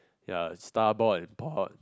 ya starboard and board